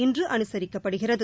இன்று அனுசரிக்கப்படுகிறது